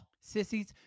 Sissies